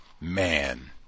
man